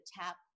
tap